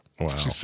Wow